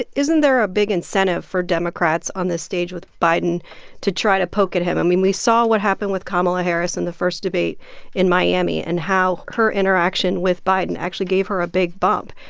isn't there a big incentive for democrats on this stage with biden to try to poke at him? i mean, we saw what happened with kamala harris in the first debate in miami and how her interaction with biden actually gave her a big bump.